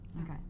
Okay